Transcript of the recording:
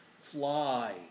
fly